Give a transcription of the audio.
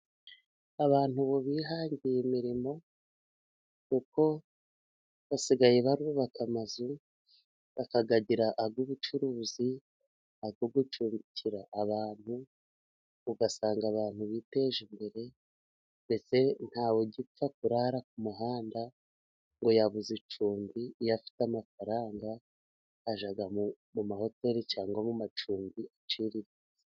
Abantu ubu bihangiye imirimo, kuko basigaye bubaka amazu, bakayagira ay'ubucuruzi, ayo gucumbikira abantu, ugasanga abantu biteje imbere, ndetse ntawugipfa kurara ku muhanda ngo yabuze icumbi; iyo afite amafaranga ajya mu ma hoteri cyangwa mu amacumbi aciriritse